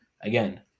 Again